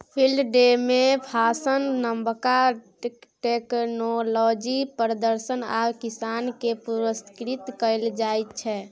field day मे भाषण, नबका टेक्नोलॉजीक प्रदर्शन आ किसान केँ पुरस्कृत कएल जाइत छै